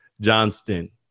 Johnston